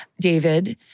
David